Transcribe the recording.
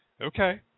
okay